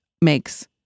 makes